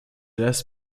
hélas